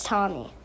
Tommy